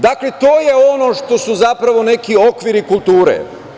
Dakle, to je ono što su zapravo neki okviri kulture.